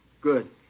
Good